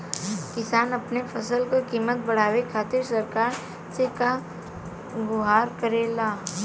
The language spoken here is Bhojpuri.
किसान अपने फसल क कीमत बढ़ावे खातिर सरकार से का गुहार करेला?